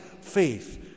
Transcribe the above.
faith